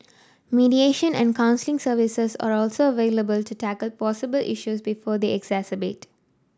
mediation and counselling services are also available to tackle possible issues before they exacerbate